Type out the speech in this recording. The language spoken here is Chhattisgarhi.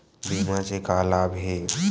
बीमा से का लाभ हे?